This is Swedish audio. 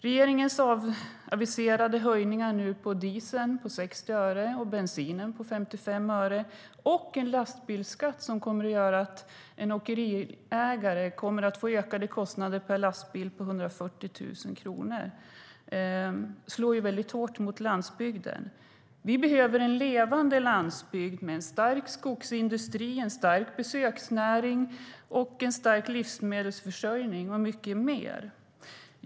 Regeringens aviserade höjningar på diesel med 60 öre och på bensin med 55 öre plus en lastbilsskatt som gör att en åkeriägare kommer att få ökade kostnader med 140 000 kronor per lastbil slår ju väldigt hårt mot landsbygden. Vi behöver en levande landsbygd med en stark skogsindustri, en stark besöksnäring, en trygg livsmedelsförsörjning och mycket mer.